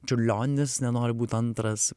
čiurlionis nenoriu būti antras